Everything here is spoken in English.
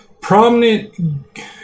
prominent